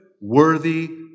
worthy